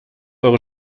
eure